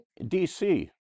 DC